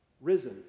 risen